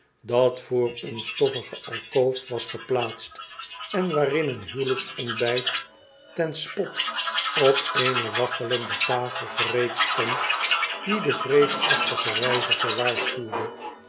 dat voor eene stoffige alkoof was geplaatst en waarin een huwelijksontbijt ten spot op eene waggelende tafel gereed stond die den vreesachtigen reiziger waarschuwde